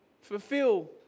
fulfill